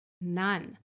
None